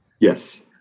Yes